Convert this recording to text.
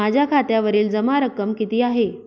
माझ्या खात्यावरील जमा रक्कम किती आहे?